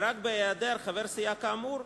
ורק בהעדר חבר סיעה כאמור,